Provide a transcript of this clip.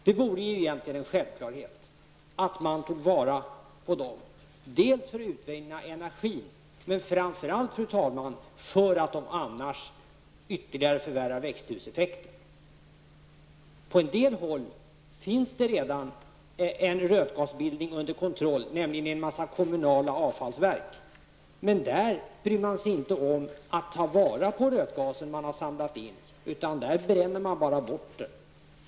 Det vore egentligen en självklarhet att man tog vara på dem för att utvinna energi, men framför allt för att de annars ytterligare förvärrar växthuseffekten. På en del håll finns det redan en rötgasbildning under kontroll, nämligen i en massa kommunala avfallsverk. Men där bryr man sig inte om att ta vara på den rötgas man har samlat in. Där bränner man bara bort den.